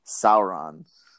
Sauron